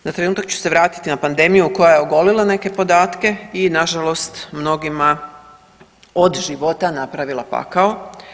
Na trenutak ću se vratiti na pandemiju koja je ogolila neke podatke i nažalost mnogima od života napravila pakao.